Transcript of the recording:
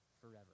forever